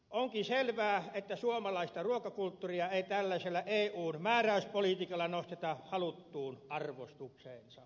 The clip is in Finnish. onkin selvää että suomalaista ruokakulttuuria ei tällaisella eun määräyspolitiikalla nosteta haluttuun arvostukseensa